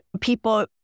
people